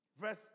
Verse